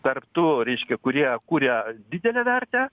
tarp tų reiškia kurie kuria didelę vertę